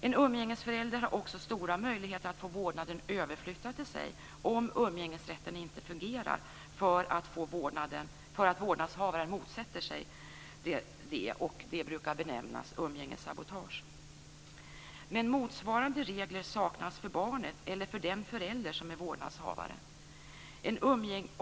En umgängesförälder har också stora möjligheter att få vårdnaden överflyttad till sig om umgängesrätten inte fungerar för att vårdnadshavaren motsätter sig det. Det brukar benämnas umgängessabotage. Men motsvarande regler saknas för barnet eller för den förälder som är vårdnadshavare.